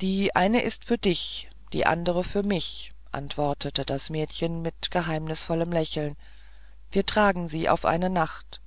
die eine für dich die andere für mich antwortete das mädchen mit geheimnisvollem lächeln wir tragen sie auf eine nacht